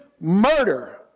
murder